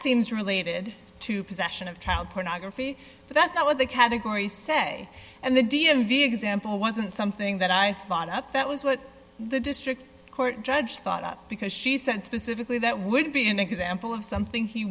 seems related to possession of child pornography but that's not what the categories say and the d m v example wasn't something that i thought up that was what the district court judge thought up because she said specifically that would be an example of something he